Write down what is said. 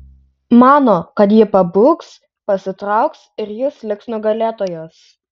mano kad ji pabūgs pasitrauks ir jis liks nugalėtojas